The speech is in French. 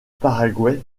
paraguay